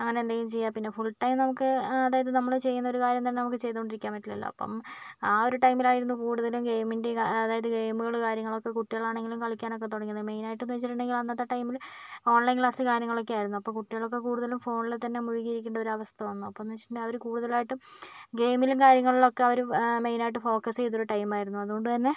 അങ്ങനെ എന്തെങ്കിലും ചെയ്യുക പിന്നെ ഫുൾ ടൈം നമുക്ക് അതായത് നമ്മൾ ചെയ്യുന്ന ഒരു കാര്യം തന്നെ നമുക്ക് ചെയ്തുകൊണ്ടിരിക്കാൻ പറ്റില്ലലോ അപ്പം ആ ഒരു ടൈമിൽ ആയിരുന്നു കൂടുതലും ഗെയിമിൻ്റെ അതായത് ഗെയിമുകൾ കാര്യങ്ങളൊക്കെ കുട്ടികൾ ആണെങ്കിലും കളിക്കാനൊക്കെ തുടങ്ങിയത് മെയിനായിട്ടും എന്ന് വെച്ചിട്ടുണ്ടെങ്കിൽ അന്നത്തെ ടൈമിൽ ഓൺ ലൈൻ ക്ലാസ് കാര്യങ്ങളൊക്കെ ആയിരുന്നു അപ്പോൾ കുട്ടികളൊക്കെ കൂടുതലും ഫോണിൽ തന്നെ മുഴുകി ഇരിക്കുന്ന ഒരു അവസ്ഥ വന്നു അപ്പോഴെന്ന് വെച്ചിട്ടുണ്ടെങ്കിൽ അവർ കൂടുതലായിട്ടും ഗെയിമിലും കാര്യങ്ങളിലും ഒക്കെ അവർ മെയിനായിട്ട് ഫോക്കസ് ചെയ്ത ഒരു ടൈമായിരുന്നു അതുകൊണ്ടുതന്നെ